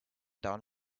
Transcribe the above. down